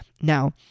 Now